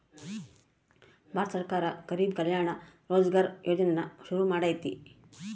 ಭಾರತ ಸರ್ಕಾರ ಗರಿಬ್ ಕಲ್ಯಾಣ ರೋಜ್ಗರ್ ಯೋಜನೆನ ಶುರು ಮಾಡೈತೀ